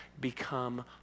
become